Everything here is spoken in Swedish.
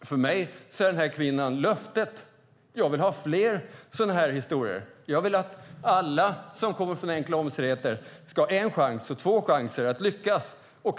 För mig är den här kvinnan löftet. Jag vill ha flera sådana här historier. Jag vill att alla som kommer från enkla omständigheter ska ha både en och två chanser att lyckas.